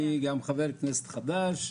אני גם חבר כנסת חדש.